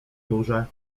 duże